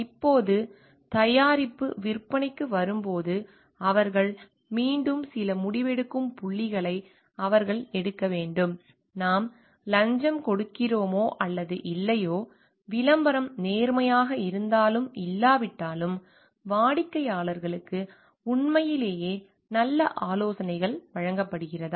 இப்போது தயாரிப்பு விற்பனைக்கு வரும்போது அவர்கள் மீண்டும் சில முடிவெடுக்கும் புள்ளிகளை அவர்கள் எடுக்க வேண்டும் நாம் லஞ்சம் கொடுக்கிறோமா அல்லது இல்லையோ விளம்பரம் நேர்மையாக இருந்தாலும் இல்லாவிட்டாலும் வாடிக்கையாளர்களுக்கு உண்மையிலேயே நல்ல ஆலோசனைகள் வழங்கப்படுகிறதா